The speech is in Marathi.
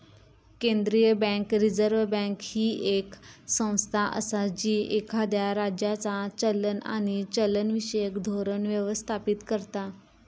केंद्रीय बँक, रिझर्व्ह बँक, ही येक संस्था असा जी एखाद्या राज्याचा चलन आणि चलनविषयक धोरण व्यवस्थापित करता